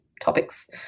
topics